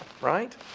right